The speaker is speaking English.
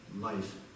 life